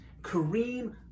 kareem